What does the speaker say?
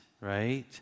right